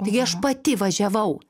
taigi aš pati važiavau